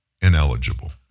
ineligible